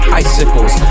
icicles